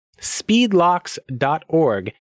speedlocks.org